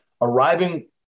arriving